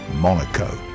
Monaco